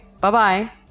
Bye-bye